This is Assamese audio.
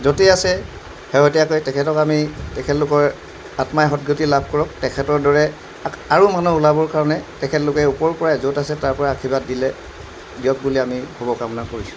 য'তেই আছে শেহতীয়াকৈ তেখেতক আমি তেখেতলোকৰ আত্মাই সদগতি লাভ কৰক তেখেতৰ দৰে আৰু মানুহ ওলাবৰ কাৰণে তেখেতলোকে ওপৰৰ পৰাই য'ত আছে তাৰপৰাই আশীৰ্বাদ দিলে দিয়ক বুলি আমি শুভকামনা কৰিছোঁ